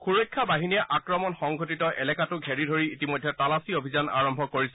সুৰক্ষা বাহিনীয়ে আক্ৰমন সংঘটিত এলেকাটো ঘেৰি ধৰি ইতিমধ্যে তালাচী অভিযান আৰম্ভ কৰিছে